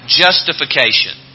justification